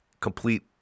Complete